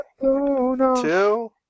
two